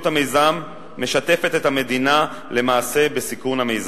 המיזם משתפת את המדינה למעשה בסיכון המיזם.